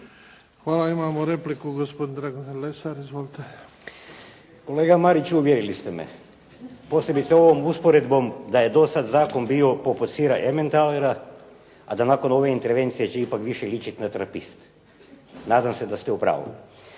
Izvolite. **Lesar, Dragutin (Nezavisni)** Kolega Mariću, uvjerili ste me. Posebice ovom usporedbom da je dosad zakon bio poput sira ementalera, a da nakon ove intervencije će ipak više ličiti na trapist. Nadam se da ste u pravu.